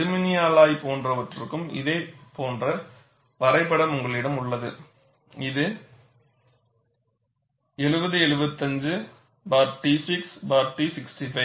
அலுமினிய அலாய் போன்றவற்றுக்கும் இதே போன்ற வரைபடம் உங்களிடம் உள்ளது இது 7075 t6 t65